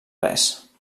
res